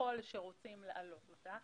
ככל שרוצים להעלות אותה,